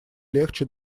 легче